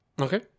Okay